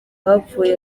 hapfuye